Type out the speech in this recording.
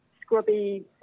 scrubby